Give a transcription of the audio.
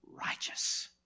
righteous